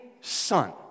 son